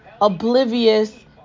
oblivious